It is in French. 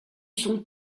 son